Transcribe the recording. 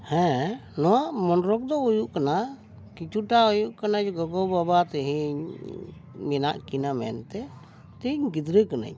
ᱦᱮᱸ ᱱᱚᱣᱟ ᱢᱚᱱᱨᱳᱜᱽ ᱫᱚ ᱦᱩᱭᱩᱜ ᱠᱟᱱᱟ ᱠᱤᱪᱷᱩᱴᱟ ᱦᱩᱭᱩᱜ ᱠᱟᱱᱟ ᱡᱮ ᱜᱚᱜᱚᱼᱵᱟᱵᱟ ᱛᱮᱦᱮᱧ ᱢᱮᱱᱟᱜ ᱠᱤᱱᱟ ᱢᱮᱱᱛᱮ ᱛᱮᱦᱮᱧ ᱜᱤᱫᱽᱨᱟᱹ ᱠᱟᱹᱱᱟᱹᱧ